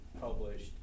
published